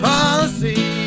Policy